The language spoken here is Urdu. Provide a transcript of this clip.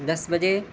دس بجے